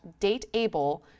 dateable